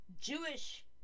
Jewish